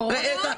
לכך,